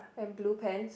and blue pants